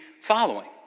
following